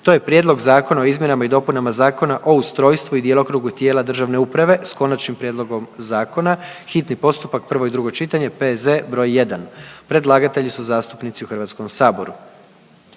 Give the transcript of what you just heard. to je: - Prijedlog Zakona o izmjenama i dopunama Zakona o ustrojstvu i djelokrugu tijela državne uprave s konačnim prijedlogom zakona, hitni postupak, prvo i drugo čitanje, P.Z. broj 1 Predlagatelji su zastupnici u Hrvatskom saboru.